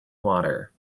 water